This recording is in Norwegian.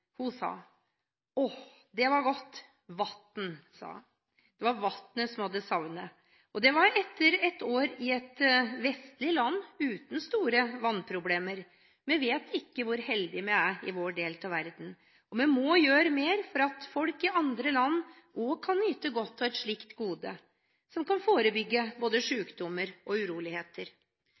hun sa: Å, det var godt – vann! Det var vannet hun hadde savnet. Det var etter ett år i et vestlig land uten store vannproblemer. Vi vet ikke hvor heldige vi er i vår del av verden. Vi må gjøre mer for at folk i andre land også kan nyte godt av et slikt gode, som kan forebygge både sykdommer og uroligheter.